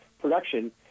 production